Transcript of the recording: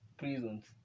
prisons